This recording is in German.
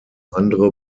andere